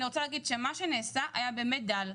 אני רוצה להגיד שמה שנעשה היה באמת דל.